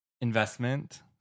investment